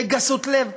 בגסות לב: